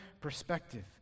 perspective